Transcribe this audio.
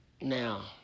Now